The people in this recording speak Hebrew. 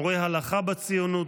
מורה הלכה בציונות,